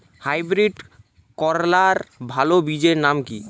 Hybrid করলার ভালো বীজের নাম কি?